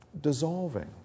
dissolving